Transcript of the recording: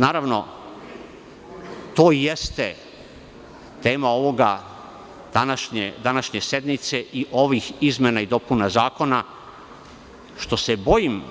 Naravno, to i jeste tema današnje sednice i ovih izmena i dopuna Zakona, što se bojim